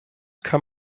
kann